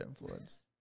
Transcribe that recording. influence